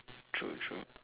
true true